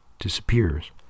disappears